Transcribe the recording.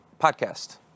podcast